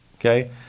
Okay